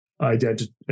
identity